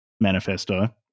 manifesto